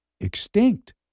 extinct